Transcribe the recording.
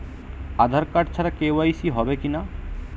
আধার card ছাড়া KYC হবে কিনা?